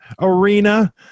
Arena